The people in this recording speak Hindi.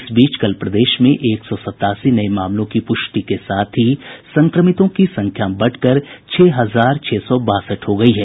इस बीच कल प्रदेश में एक सौ सत्तासी नये मामलों की प्रष्टि के साथ ही संक्रमितों की संख्या बढ़कर छह हजार छह सौ बासठ हो गयी है